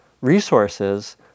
resources